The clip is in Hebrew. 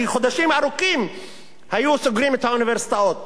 כי חודשים ארוכים היו סוגרים את האוניברסיטאות,